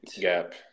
Gap